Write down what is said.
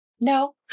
No